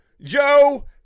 joe